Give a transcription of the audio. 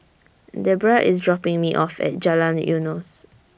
Debbra IS dropping Me off At Jalan Eunos